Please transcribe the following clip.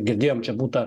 girdėjom čia būta